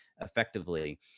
effectively